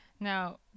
Now